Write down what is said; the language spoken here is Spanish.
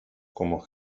como